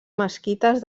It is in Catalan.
mesquites